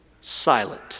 silent